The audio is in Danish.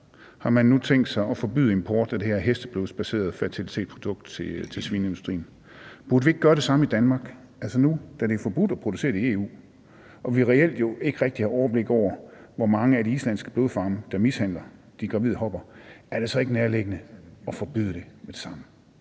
har man nu tænkt sig at forbyde import af det her hesteblodsbaserede fertilitetshormon til svineindustrien. Burde vi ikke gøre det samme i Danmark? Nu da det er forbudt at producere det og vi jo reelt ikke rigtig har overblik over, på hvor mange af de islandske blodfarme man mishandler de gravide hopper, er det så ikke nærliggende at forbyde det med det samme?